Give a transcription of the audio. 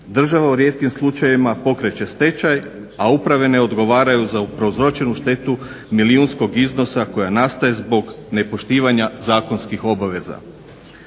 Država u rijetkim slučajevima pokreće stečaj, a uprave ne odgovaraju za prouzročenu štetu milijunskog iznosa koja nastaje zbog nepoštivanja zakonskih obaveza.